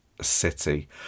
city